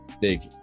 big